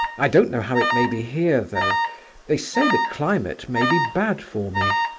i don't know how it may be here, though they say the climate may be bad for me.